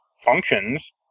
functions